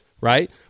right